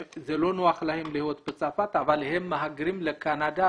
זה לא נוח להם להיות בצרפת אבל הם מהגרים לקנדה,